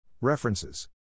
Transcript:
References